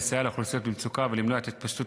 לסייע לאוכלוסיות במצוקה ולמנוע את התפשטות